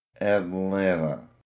Atlanta